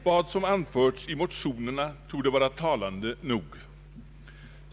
Vad som anförts i motionerna torde vara talande nog.